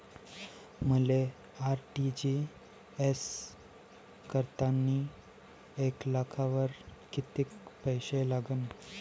मले आर.टी.जी.एस करतांनी एक लाखावर कितीक पैसे लागन?